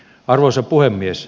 arvoisa puhemies